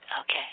okay